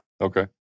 Okay